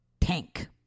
tank